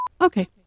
Okay